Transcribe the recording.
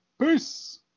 Peace